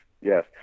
yes